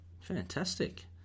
Fantastic